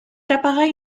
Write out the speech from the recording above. appareil